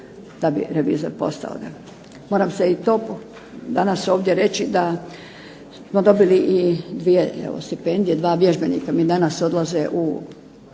da bi revizor postao. Moram i to danas ovdje reći da smo dobili i dvije evo stipendije. Dva vježbenika mi danas odlaze u